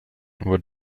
what